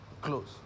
close